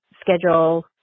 schedule